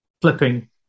flipping